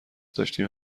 داشتیم